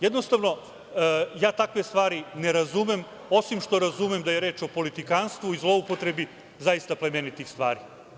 Jednostavno, takve stvari ne razumem, osim što razumem da je reč o politikanstvu i zloupotrebi zaista plemenitih stvari.